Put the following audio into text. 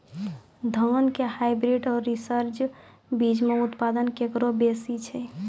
धान के हाईब्रीड और रिसर्च बीज मे उत्पादन केकरो बेसी छै?